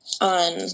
on